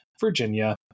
Virginia